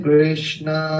Krishna